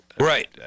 Right